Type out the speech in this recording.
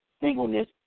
singleness